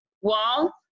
wall